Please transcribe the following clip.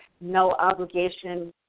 no-obligation